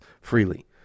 freely